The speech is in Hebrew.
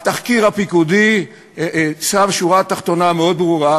התחקיר הפיקודי שם שורה תחתונה מאוד ברורה,